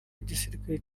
w’igisirikare